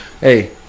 Hey